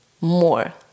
more